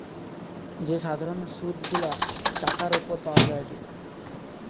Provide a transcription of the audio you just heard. যে সাধারণ সুধ গুলা টাকার উপর পাওয়া যায়টে